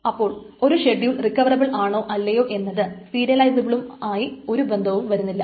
അപ്പോൾ ഒരു schedule recoverable ആണോ അല്ലയോ എന്നത് സീരിയസബിളുമായി ഒരു ബന്ധവും വരുന്നില്ല